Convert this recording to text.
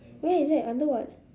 where is that under what